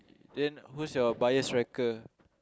then who's your bias wrecker